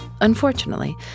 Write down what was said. Unfortunately